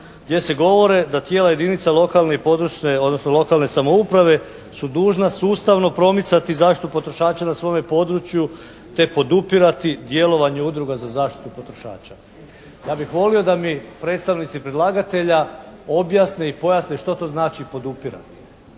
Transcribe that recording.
lokalne i područne odnosno lokalne samouprave su dužna sustavno promicati zaštitu potrošača na svome području te podupirati djelovanje udruga za zaštitu potrošača. Ja bih volio da mi predstavnici predlagatelja objasne i pojasne što to znači podupirati.